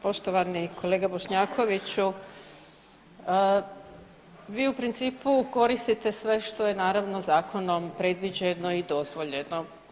Poštovani kolega Bošnjakoviću, vi u principu koristite sve što je naravno zakonom predviđeno i dozvoljeno.